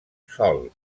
sol